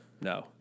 No